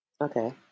okay